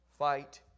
Fight